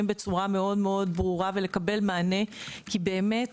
בצורה מאוד מאוד ברורה ולקבל מענה כי זה באמת